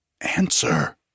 Answer